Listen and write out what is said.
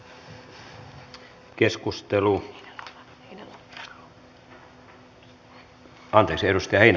arvoisa puhemies